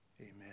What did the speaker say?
amen